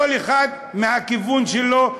כל אחד מהכיוון שלו,